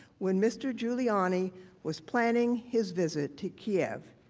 when mr. giuliani was planning his visit to kiev.